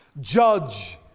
judge